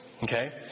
Okay